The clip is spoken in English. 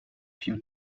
few